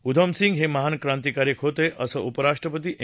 उधम सिंग हे महान क्रांतिकारक होते असं उपराष्ट्रपती एम